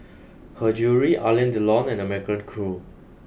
her Jewellery Alain Delon and American Crew